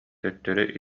төттөрү